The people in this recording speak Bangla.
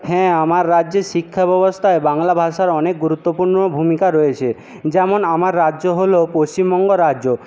হ্যাঁ আমার রাজ্যে শিক্ষা ব্যবস্থায় বাংলা ভাষার অনেক গুরুত্বপূর্ণ ভূমিকা রয়েছে যেমন আমার রাজ্য হল পশ্চিমবঙ্গ রাজ্য